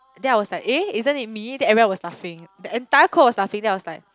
then I was like eh isn't it me then everyone was laughing the entire court was laughing then I was like